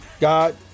God